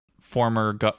former